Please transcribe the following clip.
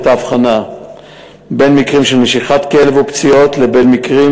ההבחנה בין מקרים של נשיכת כלב או פציעות לבין מקרים